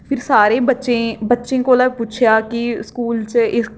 फिर सारे बच्चें बच्चें कोला पुच्छेआ कि स्कूल च इस